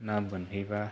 ना बोनहैबा